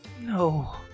No